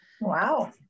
Wow